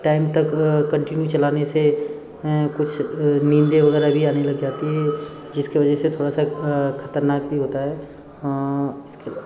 time तक continue चलाने से कुछ नींद वग़ैरह भी आने लग जाती है जिसकी वजह से थोड़ा सा ख़तरनाक भी होता है